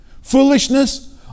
foolishness